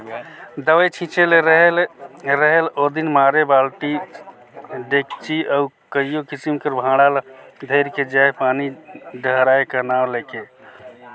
दवई छिंचे ले रहेल ओदिन मारे बालटी, डेचकी अउ कइयो किसिम कर भांड़ा ल धइर के जाएं पानी डहराए का नांव ले के